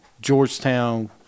Georgetown